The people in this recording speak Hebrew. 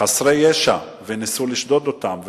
חסרי ישע וניסו לשדוד אותם.